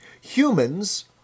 Humans